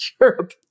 Europe